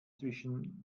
zwischen